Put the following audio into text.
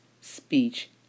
speech